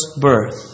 birth